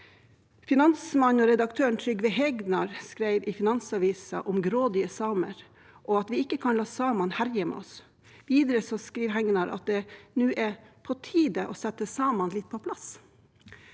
Finansmannen og redaktøren Trygve Hegnar skriver i Finansavisen om «grådige samer», og at vi «ikke kan la samene herje med oss». Videre skriver Hegnar: «Det er på tide å sette samene litt på plass.»